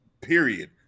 period